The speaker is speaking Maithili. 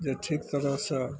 जे ठीक तरहसँ